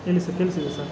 ಹೇಳಿ ಸರ್ ಕೇಳಿಸ್ತಿದೆ ಸರ್